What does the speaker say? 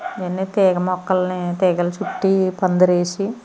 ఇన్నీ తీగ మొక్కల్ని తీగల చుట్టి పందిరేసి